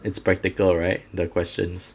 it's practical right the questions